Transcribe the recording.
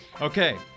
Okay